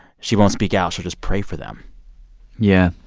she won't speak out she'll just pray for them yeah.